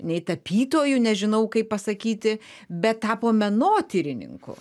nei tapytoju nežinau kaip pasakyti bet tapo menotyrininku